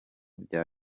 bya